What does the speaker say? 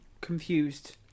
confused